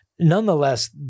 Nonetheless